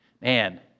Man